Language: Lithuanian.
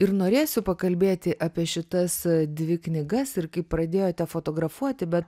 ir norėsiu pakalbėti apie šitas dvi knygas ir kaip pradėjote fotografuoti bet